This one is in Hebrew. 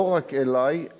לא רק אלי,